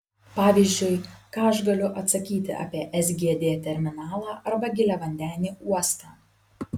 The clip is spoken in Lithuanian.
pavyzdžiui ką aš galiu atsakyti apie sgd terminalą arba giliavandenį uostą